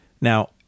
Now